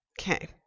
Okay